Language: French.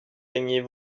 gagnez